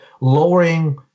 lowering